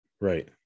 Right